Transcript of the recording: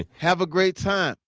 have a great time.